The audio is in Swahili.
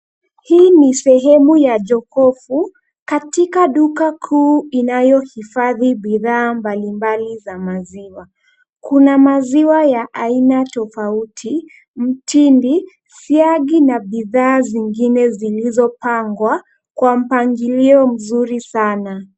Hii ni sehemu ya jokofu katika duka kuu inayohifadhi bidhaa mbalimbali za maziwa. Kuna maziwa ya aina tofauti, mtindi, siagi na bidhaa zingine zilizopangwa kwa mpangilio mzuri sana.